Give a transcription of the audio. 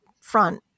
front